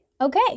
okay